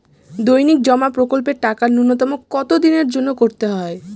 দৈনিক জমা প্রকল্পের টাকা নূন্যতম কত দিনের জন্য করতে হয়?